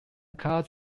katz